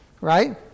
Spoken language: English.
Right